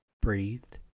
breathed